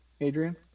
Adrian